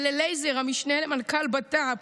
וללייזר, המשנה למנכ"ל בט"פ,